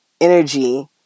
energy